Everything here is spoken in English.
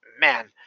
man